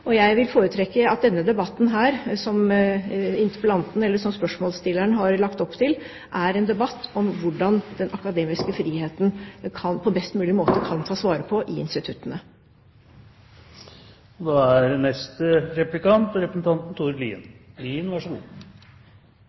Jeg vil foretrekke at denne debatten, som spørsmålsstilleren har lagt opp til, er en debatt om hvordan den akademiske friheten på best mulig måte kan tas vare på i instituttene. La meg begynne med å oppklare en liten misforståelse. Det var representanten